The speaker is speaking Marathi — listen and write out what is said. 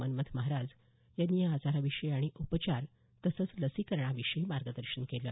मन्मथ महाराज यांनी या आजाराविषयी आणि उपचार लसीकरणाविषयी मार्गदर्शन केलं